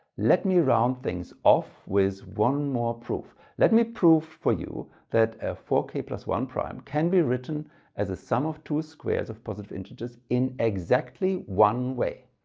let me round things off with one more proof. let me prove for you that a four k one prime can be written as a sum of two squares of positive integers in exactly one way.